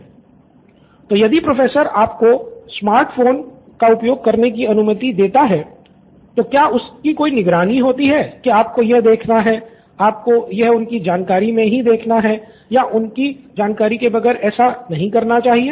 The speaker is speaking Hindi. स्टूडेंट 1 तो यदि प्रोफेसर आपको स्मार्ट फोन का उपयोग करने की अनुमति देता है तो क्या इसकी कोई निगरानी होती है कि आपको यह देखना है आपको यह उनकी जानकारी मे ही देखना हैं या आपको उनकी जानकारी के बगैर ऐसा नहीं करना चाहिए